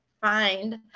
find